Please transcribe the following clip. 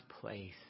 place